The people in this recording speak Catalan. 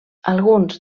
alguns